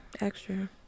extra